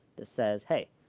that says, hey,